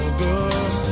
good